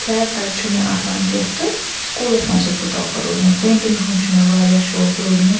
خیر تَتہِ چھُنہٕ یہِ آسان کیٚنٛہہ تہٕ سُکوٗلَس منٛز چھَس بہٕ ٹواپَر روٗزمٕژ پینٹِنٛگ ہُنٛد چھُ مےٚ واریاہ شوق روٗدمُت